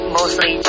mostly